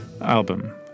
album